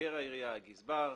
מבקר העירייה, הגזבר,